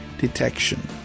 Detection